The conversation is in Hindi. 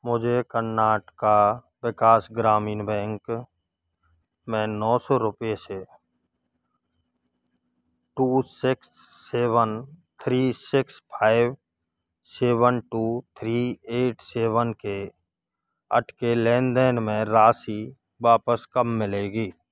मुझे कर्नाटक विकास ग्रामीण बैंक में नौ सौ रुपये से two six seven three six five seven two three eight seven के अटके लेनदेन में राशि वापस कब मिलेगी